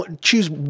choose